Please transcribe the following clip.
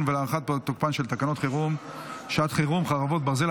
ולהארכת תוקפן של תקנות שעת חירום (חרבות ברזל)